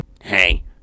Hey